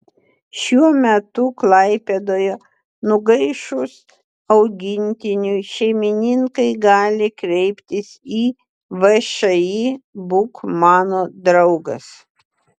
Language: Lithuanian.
šiuo metu klaipėdoje nugaišus augintiniui šeimininkai gali kreiptis į všį būk mano draugas